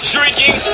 Drinking